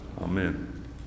Amen